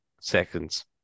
seconds